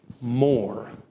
more